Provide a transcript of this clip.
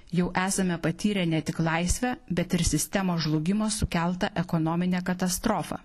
jau esame patyrę ne tik laisvę bet ir sistemos žlugimo sukeltą ekonominę katastrofą